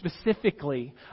specifically